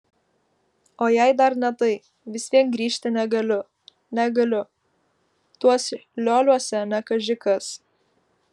o jei dar ne tai vis vien grįžti negaliu negaliu tuos lioliuose ne kaži kas